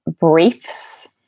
briefs